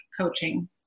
coaching